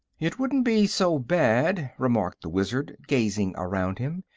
it wouldn't be so bad, remarked the wizard, gazing around him,